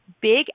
big